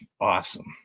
Awesome